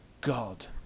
god